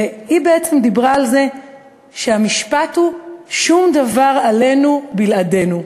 והיא בעצם דיברה על זה שהמשפט הוא: שום דבר עלינו בלעדינו.